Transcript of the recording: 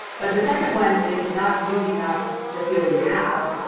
but the second one is not using up the fuel you have.